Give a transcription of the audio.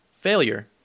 Failure